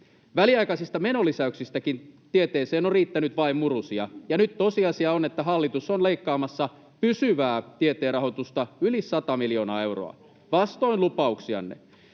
Väliaikaisista menolisäyksistäkin tieteeseen on riittänyt vain murusia, ja nyt tosiasia on, että hallitus on leikkaamassa pysyvää tieteen rahoitusta yli 100 miljoonaa euroa vastoin lupauksianne.